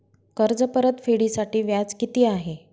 कर्ज परतफेडीसाठी व्याज किती आहे?